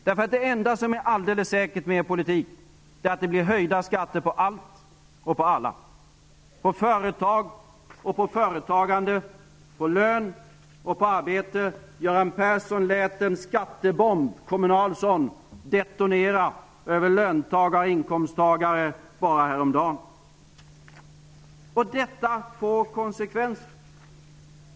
Det enda som är alldeles säkert med Socialdemokraternas politik är att det blir höjda skatter på allt och på alla -- på företag och på företagande, på lön och på arbete. Göran Persson lät en skattebomb -- en kommunal sådan -- detonera över löntagare och inkomsttagare bara häromdagen. Detta får konsekvenser.